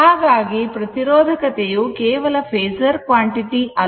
ಹಾಗಾಗಿ ಪ್ರತಿರೋಧಕತೆ ಯು ಕೇವಲ ಫೇಸರ್ ಕ್ವಾಂಟಿಟಿ ಅಲ್ಲ